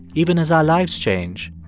even as our lives change,